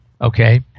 okay